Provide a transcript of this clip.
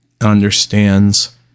understands